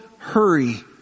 Hurry